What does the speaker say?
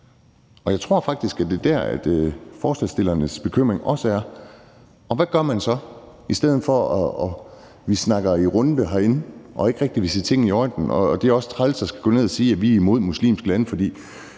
Og jeg tror faktisk, at det også er der, forslagsstillernes bekymring er. Og hvad gør man så, i stedet for at vi snakker i cirkler herinde og ikke rigtig vil se tingene i øjnene og siger, at det også er træls at skulle ned og sige, at vi er imod muslimske lande? For